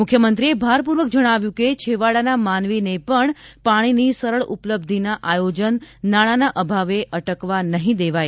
મુખ્યમંત્રીએ ભાર પૂર્વક જણાવ્યું કે છેવાડાના માનવીને પણ પાણીની સરળ ઉપલબ્ધિના આયોજન નાણાંના અભાવે અટકવા નહીં દેવાય